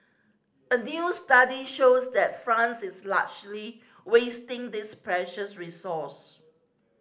a new study shows that France is largely wasting this precious resource